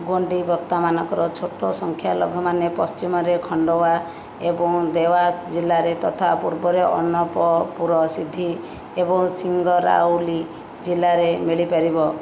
ଗୋଣ୍ଡି ବକ୍ତାମାନଙ୍କର ଛୋଟ ସଂଖ୍ୟା ଲଘୁମାନେ ପଶ୍ଚିମରେ ଖଣ୍ଡୱା ଏବଂ ଦେୱାସ ଜିଲ୍ଲାରେ ତଥା ପୂର୍ବରେ ଅନପପୁର ସିଧି ଏବଂ ସିଙ୍ଗରାଉଲି ଜିଲ୍ଲାରେ ମିଳିପାରିବ